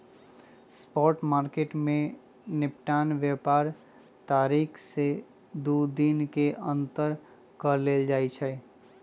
spot market में निपटान व्यापार तारीख से दू दिन के अंदर कऽ लेल जाइ छइ